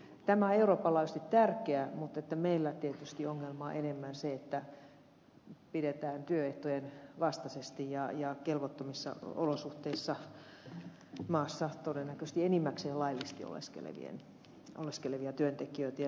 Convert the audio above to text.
tämä on euroopan laajuisesti tärkeää mutta meillä tietysti ongelma on enemmän se että pidetään työehtojen vastaisesti ja kelvottomissa olosuhteissa maassa todennäköisesti enimmäkseen laillisesti oleskelevia työntekijöitä